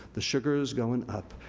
the sugar's going up,